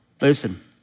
Listen